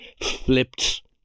flipped